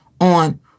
on